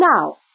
Now